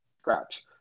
scratch